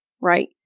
right